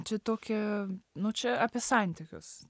čia tokie nu čia apie santykius